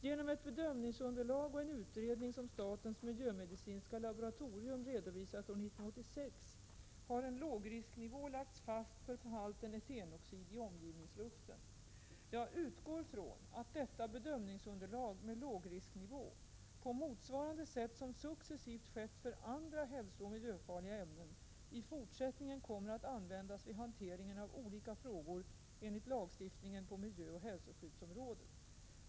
Genom ett bedömningsunderlag och en utredning som statens miljömedicinska laboratorium redovisat år 1986 har en lågrisknivå lagts fast för halten etenoxid i omgivningsluften. Jag utgår från att detta bedömningsunderlag med lågrisknivå — på motsvarande sätt som successivt skett för andra hälsooch miljöfarliga ämnen — i fortsättningen kommer att användas vid hantering av olika frågor enligt lagstiftningarna på miljöoch hälsoskyddsområdet.